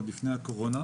עוד לפני הקורונה,